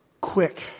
quick